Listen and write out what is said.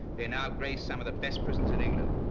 they now grace some of the best prisons in england.